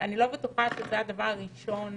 אני לא בטוחה שזה הדבר הראשון